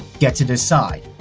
get to decide.